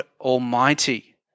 Almighty